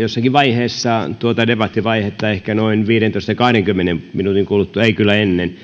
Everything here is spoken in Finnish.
jossakin vaiheessa tuota debattivaihetta ehkä noin viidentoista viiva kahdenkymmenen minuutin kuluttua ei kyllä ennen